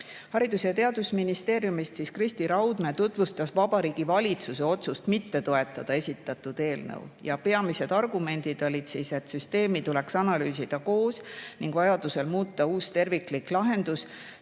Haridus‑ ja Teadusministeeriumi esindaja Kristi Raudmäe tutvustas Vabariigi Valitsuse otsust mitte toetada esitatud eelnõu. Peamised argumendid olid, et süsteemi tuleks analüüsida koos ning vajadusel välja töötada uus terviklik lahendus.